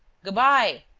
good-bye.